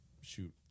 shoot